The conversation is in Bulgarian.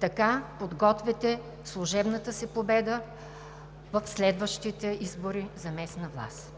така подготвяте служебната си победа в следващите избори за местна власт.